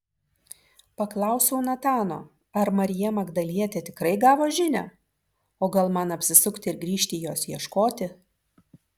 paklausiau natano ar marija magdalietė tikrai gavo žinią o gal man apsisukti ir grįžt jos ieškoti